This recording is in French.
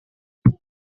quel